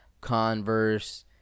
converse